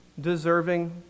deserving